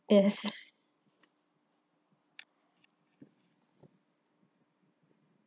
yes